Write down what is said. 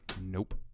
Nope